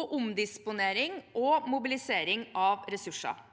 og omdisponering og mobilisering av ressurser.